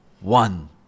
one